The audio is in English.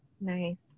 Nice